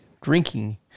drinking